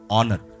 Honor